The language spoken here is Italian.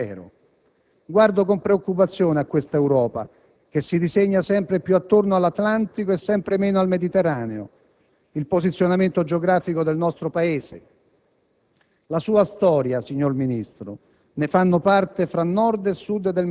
Troppo spesso siamo - o vogliamo essere - alla periferia dell'Impero. Guardo con preoccupazione a questa Europa che si disegna sempre più attorno all'Atlantico e sempre meno al Mediterraneo. Il posizionamento geografico del nostro Paese